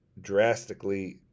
Drastically